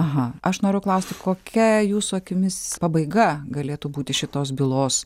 aha aš noriu klausti kokia jūsų akimis pabaiga galėtų būti šitos bylos